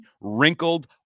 wrinkled